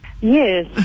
Yes